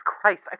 Christ